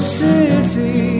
city